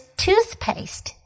toothpaste